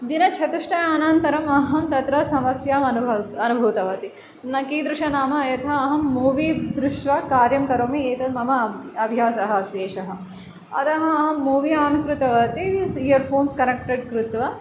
दिनचतुष्टय अनन्तरम् अहं तत्र समस्याम् अनुभव अनुभूतवती न कीदृश नाम यथा अहं मूवी दृष्ट्वा कार्यं करोमि एतत् मम अब् अभ्यासः अस्ति एषः अतः अहं मूवी आन् कृतवती इयर्फफ़ोन्स् कनेक्टेड् कृत्वा